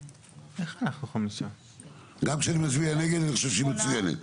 גם כשאני מצביע נגד אני חושב שהיא מצוינת.